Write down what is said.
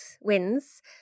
wins